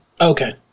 Okay